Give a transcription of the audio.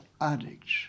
addicts